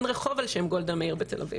אין רחוב על שם גולדה מאיר בתל-אביב.